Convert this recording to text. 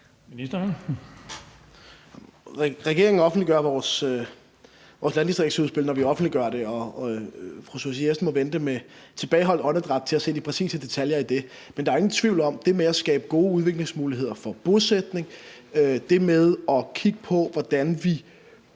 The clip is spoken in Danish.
Dahlin): Regeringen offentliggør sit landdistriktsudspil, når den offentliggør det, og fru Susie Jessen må vente med tilbageholdt åndedræt på at se de præcise detaljer i det. Men der er jo ingen tvivl om, at det med at skabe gode udviklingsmuligheder for bosætning og det med at kigge på, hvordan vi